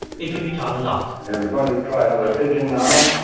it can be taught a lot and we're going to try another pigeon now.